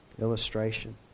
illustration